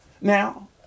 now